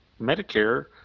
Medicare